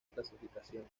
clasificación